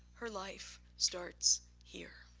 her life starts here.